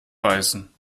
beißen